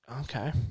Okay